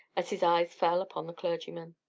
as his eyes fell upon the clergyman.